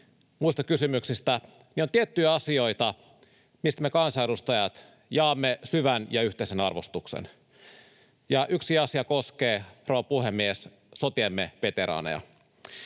muista kysymyksistä — niin on tiettyjä asioita, mistä me kansanedustajat jaamme syvän ja yhteisen arvostuksen, ja yksi asia koskee, rouva puhemies, sotiemme veteraaneja.